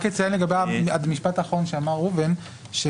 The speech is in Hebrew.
לגבי המשפט האחרון שאמר ראובן - אציין